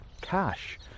cash